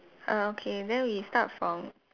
err okay then we start from